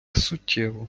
суттєво